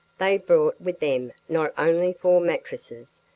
they brought with them not only four mattresses,